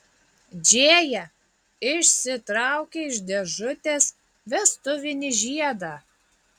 džėja išsitraukė iš dėžutės vestuvinį žiedą